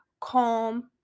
calm